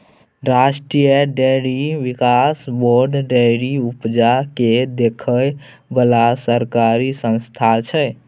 राष्ट्रीय डेयरी बिकास board dairy उपजा केँ देखै बला सरकारी संस्था छै